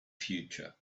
future